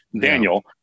Daniel